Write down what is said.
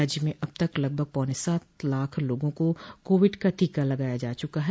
राज्य में अब तक लगभग पौने सात लाख लोगों को कोविड का टीका लगाया जा चुका है